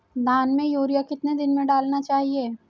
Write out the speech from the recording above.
धान में यूरिया कितने दिन में डालना चाहिए?